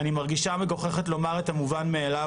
אני מרגישה מגוחכת לומר את המובן מאליו,